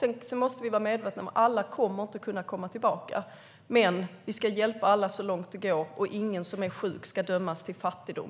Vi måste vara medvetna om att alla inte kommer tillbaka, men vi ska hjälpa alla så långt det går. Ingen som är sjuk ska dömas till fattigdom.